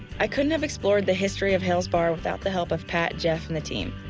i couldn't have explored the history of hales bar without the help of pat, jeff and the team.